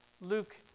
Luke